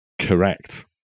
Correct